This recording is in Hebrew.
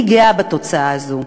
אני גאה בתוצאה הזאת.